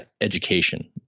education